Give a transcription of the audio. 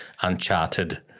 Uncharted